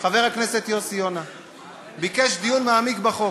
חבר הכנסת יוסי יונה ביקש דיון מעמיק בחוק.